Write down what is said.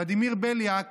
ולדימיר בליאק